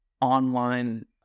online